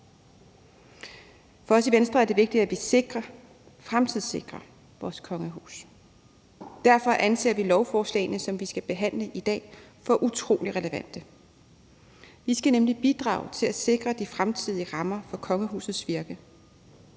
For os i Venstre er det vigtigt, at vi fremtidssikrer vores kongehus. Derfor anser vi lovforslagene, som vi skal behandle i dag, for utrolig relevante. Vi skal nemlig bidrage til at sikre de fremtidige rammer for kongehusets virke.